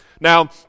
Now